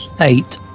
Eight